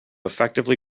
effectively